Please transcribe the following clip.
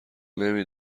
نمی